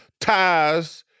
ties